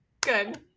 good